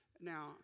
Now